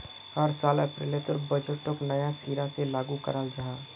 हर साल अप्रैलोत बजटोक नया सिरा से लागू कराल जहा